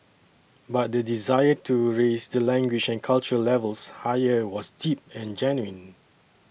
but the desire to raise the language and cultural levels higher was deep and genuine